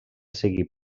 seguir